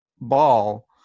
ball